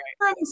right